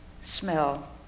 smell